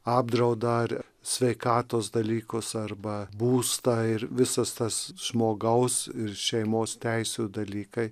apdraudą ar sveikatos dalykus arba būstą ir visas tas žmogaus ir šeimos teisių dalykai